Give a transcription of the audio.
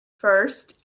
first